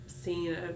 seen